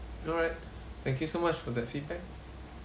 alright thank you so much for that feedback